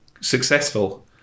Successful